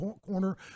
corner